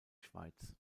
schweiz